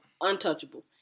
untouchable